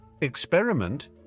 experiment